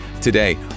Today